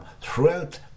throughout